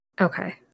Okay